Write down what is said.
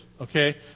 okay